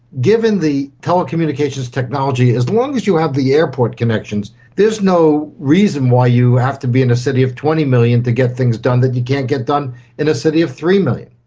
given the telecommunications technology, as long as you have the airport connections there's no reason why you have to be in a city of twenty million to get things done that you can't get done in a city of three million.